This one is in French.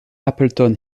appleton